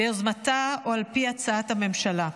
ביוזמתה או על פי הצעת הממשלה,